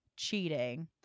cheating